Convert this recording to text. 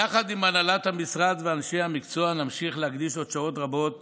יחד עם הנהלת המשרד ואנשי המקצוע נמשיך להקדיש עוד שעות רבות